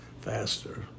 faster